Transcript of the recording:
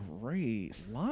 great